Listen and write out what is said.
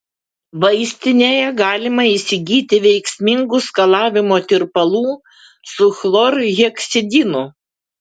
vaistinėje galima įsigyti veiksmingų skalavimo tirpalų su chlorheksidinu